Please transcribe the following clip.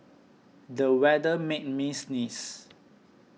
the weather made me sneeze